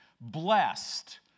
Blessed